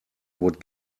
would